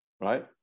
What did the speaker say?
right